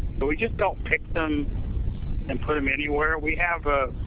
but we just don't pick them and put them anywhere. we have a